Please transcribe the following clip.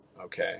Okay